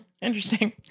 interesting